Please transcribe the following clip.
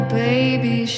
baby